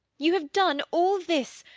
you have done all this,